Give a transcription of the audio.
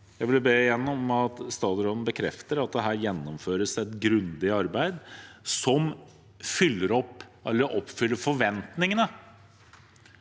Jeg vil igjen be om at statsråden bekrefter at det her gjennomføres et grundig arbeid som oppfyller forventningene